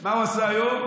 מה הוא עשה היום?